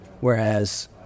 whereas